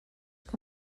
que